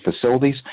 facilities